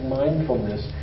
mindfulness